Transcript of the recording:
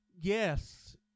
Yes